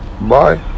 Bye